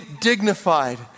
dignified